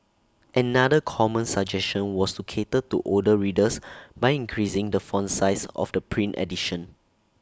another common suggestion was to cater to older readers by increasing the font size of the print edition